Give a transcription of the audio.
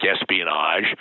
espionage